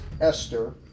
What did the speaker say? Esther